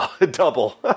double